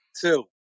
two